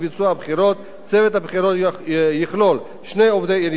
צוות הבחירות יכלול שני עובדי עירייה בכירים ואת